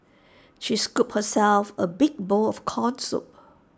she scooped herself A big bowl of Corn Soup